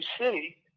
City